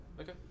Okay